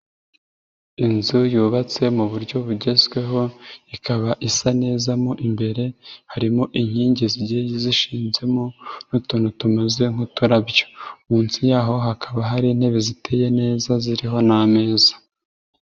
Inzu yubatse mu buryo bugezweho ikaba isa neza mo imbere, harimo inkingi zigiye zishinzemo n'utuntu tumeze nk'uturabyo, munsi y'aho hakaba hari intebe ziteye neza ziriho n'ameza.